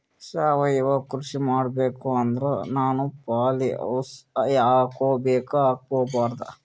ಸಾವಯವ ಕೃಷಿ ಮಾಡಬೇಕು ಅಂದ್ರ ನಾನು ಪಾಲಿಹೌಸ್ ಹಾಕೋಬೇಕೊ ಹಾಕ್ಕೋಬಾರ್ದು?